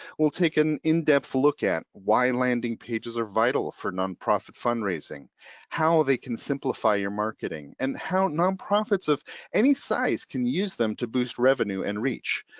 we'll take an in depth look at why landing pages are vital for nonprofit fundraising how they continue so amplify your marketing and how nonprofits of any size can use them to boost revenue and reach.